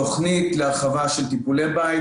תוכנית להרחבה של טיפולי בית,